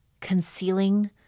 concealing